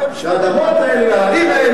אתם שבטים נודדים,